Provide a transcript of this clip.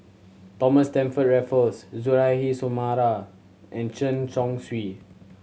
Thomas Stamford Raffles Suzairhe Sumari and Chen Chong Swee